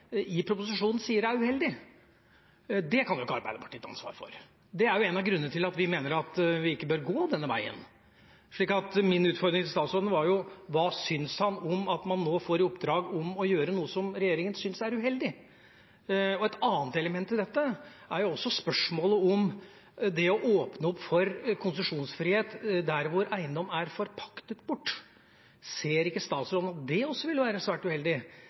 i proposisjonen sier er uheldig. Det kan jo ikke Arbeiderpartiet ta ansvar for. Det er en av grunnene til at vi mener at vi ikke bør gå denne veien. Så min utfordring til statsråden var: Hva syns han om at man nå får i oppdrag å gjøre noe regjeringen syns er uheldig? Et annet element i dette er også spørsmålet om det å åpne opp for konsesjonsfrihet der hvor eiendom er forpaktet bort. Ser ikke statsråden at det også vil være svært uheldig